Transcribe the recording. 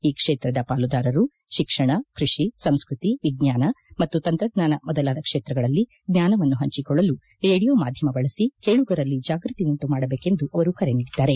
ಈ ಕ್ಷೇತ್ರದ ಪಾಲುದಾರರು ಶಿಕ್ಷಣ ಕೃಷಿ ಸಂಸ್ಕಕಿ ವಿಜ್ಞಾನ ಮತ್ತು ತಂತ್ರಜ್ಞಾನ ಮೊದಲಾದ ಕ್ಷೇತ್ರಗಳಲ್ಲಿ ಜ್ಞಾನವನ್ನು ಪಂಚಕೊಳ್ಳಲು ರೇಡಿಯೋ ಮಾಧ್ಯಮ ಬಳಸಿ ಕೇಳುಗರಲ್ಲಿ ಜಾಗೃತಿ ಉಂಟು ಮಾಡಬೇಕೆಂದು ಅವರು ಕರೆ ನೀಡಿದರು